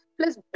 plus